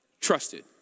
Trusted